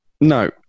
No